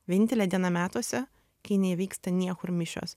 vienintelė diena metuose kai nevyksta niekur mišios